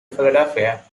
philadelphia